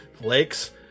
lakes